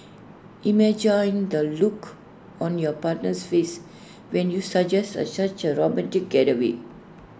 imagine the look on your partner's face when you suggest A such A romantic getaway